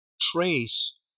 trace